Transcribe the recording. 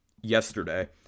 yesterday